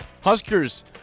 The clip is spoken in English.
Huskers